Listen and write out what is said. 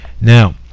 Now